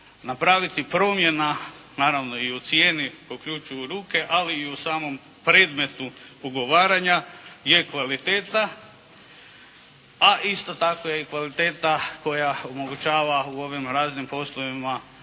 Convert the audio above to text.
napraviti promjena, naravno i u cijeni kao "ključ u ruke", ali i u samom predmetu ugovaranja je kvaliteta. A isto tako je i kvaliteta koja omogućava u ovim raznim poslovima, javno